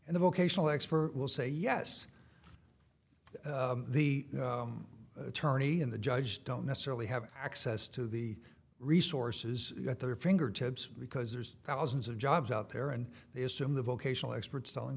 and the vocational expert will say yes the attorney and the judge don't necessarily have access to the resources at their fingertips because there's thousands of jobs out there and they assume the vocational experts telling